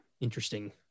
interesting